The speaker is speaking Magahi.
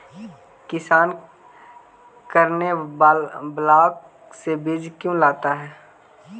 किसान करने ब्लाक से बीज क्यों लाता है?